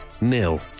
nil